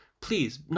please